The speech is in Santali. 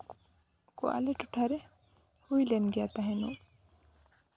ᱠᱚ ᱟᱞᱮ ᱴᱚᱴᱷᱟᱨᱮ ᱦᱩᱭ ᱞᱮᱱ ᱛᱟᱦᱮᱱᱚᱜ